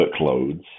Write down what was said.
workloads